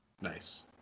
Nice